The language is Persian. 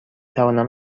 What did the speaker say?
توانم